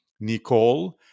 Nicole